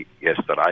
yesterday